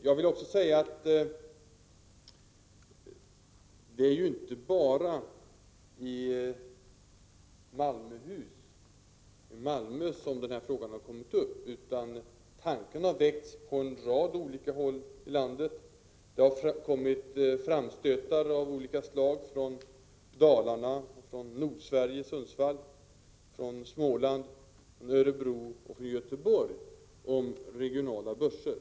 Jag vill också säga att det inte bara är i Malmö som den här frågan har kommit upp. Tanken har väckts på en rad olika håll i landet. Det har kommit framstötar av olika slag från Dalarna, Nordsverige, Sundsvall, Småland, Örebro och Göteborg om regionala börser.